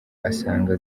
asanga